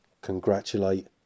congratulate